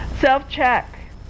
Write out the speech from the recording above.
self-check